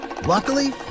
Luckily